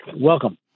welcome